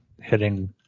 hitting